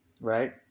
Right